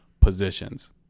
positions